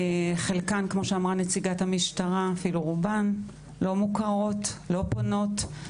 חלקן כמו שאמרה לי נציגת המשטרה כאילו רובן לא מוכרות לא פונות.